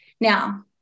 Now